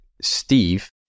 Steve